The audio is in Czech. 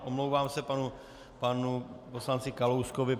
Omlouvám se panu poslanci Kalouskovi.